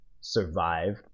survive